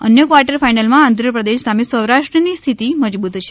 અન્ય ક્વાર્ટર ફાઈનલમાં આંધ્રપ્રદેશ સામે સૌરાષ્ટ્રવની સ્થિતિ મજબૂત છે